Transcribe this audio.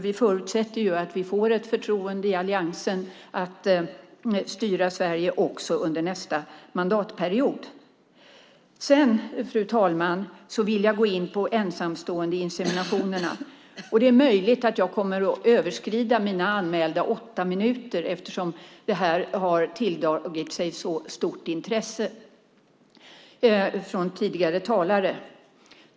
Vi förutsätter att vi i Alliansen får ett förtroende att styra Sverige också under nästa mandatperiod. Fru talman! Jag vill nu gå in på frågan om ensamståendeinseminationerna. Det är möjligt att jag kommer att överskrida mina anmälda åtta minuters talartid eftersom det här har tilldragit sig så stort intresse från tidigare talare.